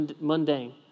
mundane